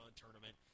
tournament